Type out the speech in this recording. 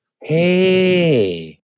hey